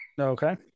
Okay